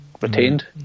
retained